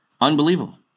Unbelievable